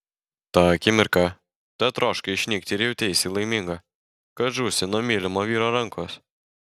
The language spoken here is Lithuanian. tą akimirką tetroškai išnykti ir jauteisi laiminga kad žūsi nuo mylimo vyro rankos